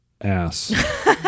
ass